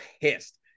pissed